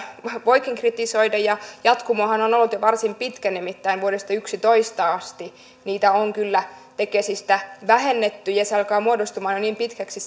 voikin kritisoida jatkumohan on ollut jo varsin pitkä nimittäin vuodesta yksitoista asti niitä on kyllä tekesistä vähennetty ja ja alkaa muodostumaan jo niin pitkäksi